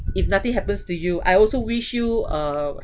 if nothing happens to you I also wish you uh